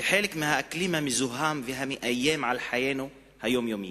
ולחלק מהאקלים המזוהם המאיים על חיי היום-יום שלנו,